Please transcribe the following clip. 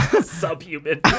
Subhuman